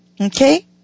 Okay